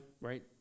right